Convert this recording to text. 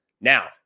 Now